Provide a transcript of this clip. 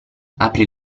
apri